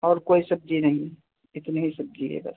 और कोई सब्जी नहीं है इतनी ही सब्जी है बस